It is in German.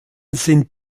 sind